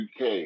UK